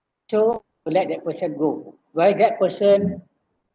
so let that question go would I get person